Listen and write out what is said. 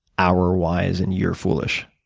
hour wise and year foolish,